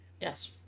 yes